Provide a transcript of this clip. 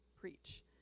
preach